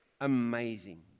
amazing